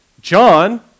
John